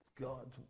God